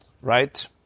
right